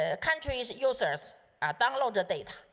ah countries users downloaded data,